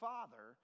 Father